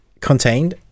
contained